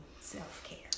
self-care